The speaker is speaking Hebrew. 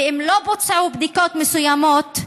ואם לא בוצעו בדיקות מסוימות,